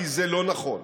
כי זה לא נכון.